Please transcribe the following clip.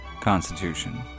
Constitution